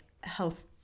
health